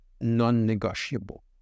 non-negotiable